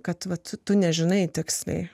kad vat tu nežinai tiksliai